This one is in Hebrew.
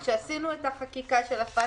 כשחוקקנו את החקיקה של הפטקא,